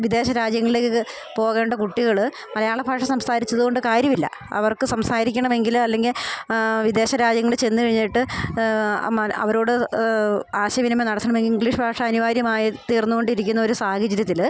വിദേശ രാജ്യങ്ങൾലേക്കൊക്കെ പോകേണ്ട കുട്ടികൾ മലയാള ഭാഷ സംസാരിച്ചത് കൊണ്ട് കാര്യമില്ല അവർക്ക് സംസാരിക്കണം എങ്കിൽ അല്ലെങ്കിൽ ആ വിദേശ രാജ്യങ്ങൾ ചെന്ന് കഴിഞ്ഞിട്ട് അവരോട് ആശയ വിനിമയം നടത്തണം എങ്കിലിഗ്ലീഷ് ഭാഷ അനുവാര്യമായി തീർന്നോണ്ടിരിക്കുന്ന ഒരു സാഹചര്യത്തിൽ